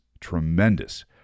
tremendous